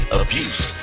abuse